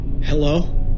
Hello